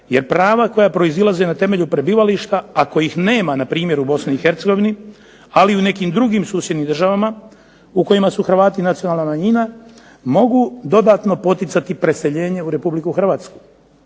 jer prava koja proizlaze na temelju prebivališta, a kojih nema npr. u Bosni i Hercegovini ali i u nekim drugim susjednim državama u kojima su Hrvati nacionalna manjina, mogu dodatno poticati preseljenje u Republiku Hrvatsku.